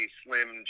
slim